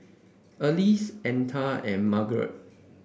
Althea and Margeret